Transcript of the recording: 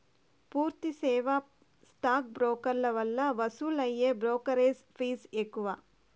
పూర్తి సేవా స్టాక్ బ్రోకర్ల వల్ల వసూలయ్యే బ్రోకెరేజ్ ఫీజ్ ఎక్కువ